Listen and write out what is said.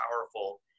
powerful